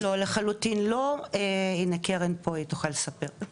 לא לחלוטין לא, קרן פה והיא תוכל לספר.